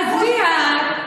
אין לי ויכוח על זה.